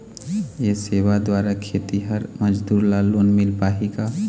ये सेवा द्वारा खेतीहर मजदूर ला लोन मिल पाही का?